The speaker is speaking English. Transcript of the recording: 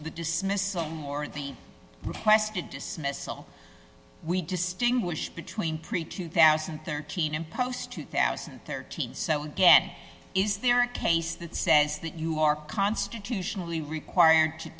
the dismissal of the requested dismissal we distinguish between pre two thousand and thirteen and post two thousand and thirteen so again is there a case that says that you are constitutionally required to